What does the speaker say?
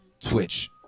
Twitch